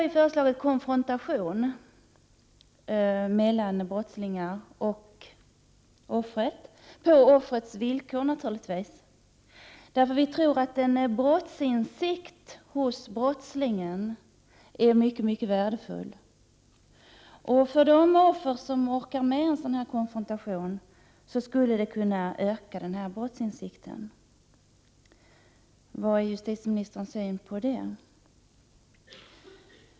Vi har föreslagit konfrontation mellan brottsling och offer — naturligtvis på offrets villkor. Vi tror nämligen att en brottsinsikt hos brottslingen är mycket värdefull. I de fall där offren orkar med en sådan konfrontation skulle brottsinsikten kunna öka. Vad är justitieministerns syn på det?